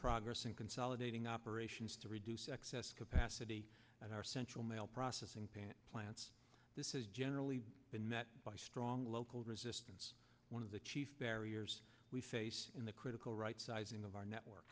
progress in consolidating operations to reduce excess capacity at our central mail processing plant plants this is generally been met by strong local resistance one of the chief barriers we face in the critical rightsizing of our network